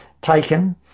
taken